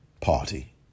party